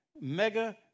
mega